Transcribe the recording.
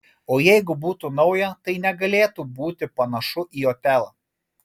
o jeigu būtų nauja tai negalėtų būti panašu į otelą